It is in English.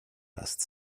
last